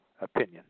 opinion